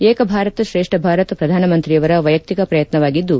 ಏಕ ಭಾರತ್ ಶ್ರೇಷ್ಠ ಭಾರತ್ ಪ್ರಧಾನ ಮಂತ್ರಿಯವರ ವೈಯಕ್ತಿಕ ಪ್ರಯತ್ನವಾಗಿದ್ದು